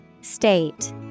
State